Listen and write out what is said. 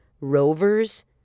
Rover's